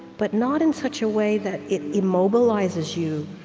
but not in such a way that it immobilizes you,